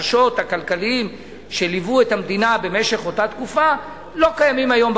והחששות הכלכליים שליוו את המדינה באותה תקופה לא קיימים היום,